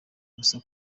ubusa